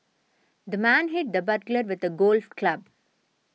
the man hit the burglar with a golf club